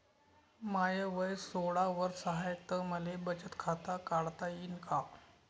माय वय सोळा वर्ष हाय त मले बचत खात काढता येईन का?